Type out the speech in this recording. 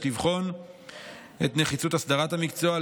יש לבחון את נחיצות הסדרת המקצוע,